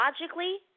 Logically